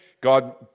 God